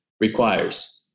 requires